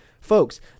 Folks